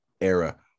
era